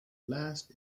last